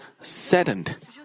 saddened